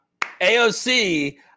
AOC